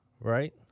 right